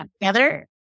together